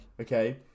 okay